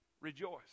Rejoice